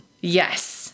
Yes